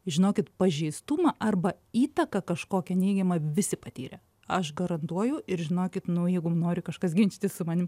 žinokit pažeistumą arba įtaką kažkokią neigiamą visi patyrė aš garantuoju ir žinokit nu jeigu nori kažkas ginčytis su manim